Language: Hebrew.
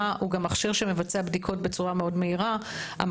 הוא גם מכשיר שמבצע בדיקות בצורה מהירה מאוד.